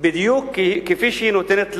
בדיוק כפי שהיא נותנת ליהודים,